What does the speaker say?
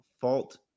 fault